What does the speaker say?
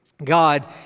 God